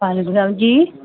وعلیکم السلام جی